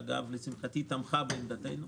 שלשמחתי תמכה בעמדתנו,